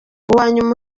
uwanyuma